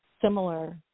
similar